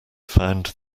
found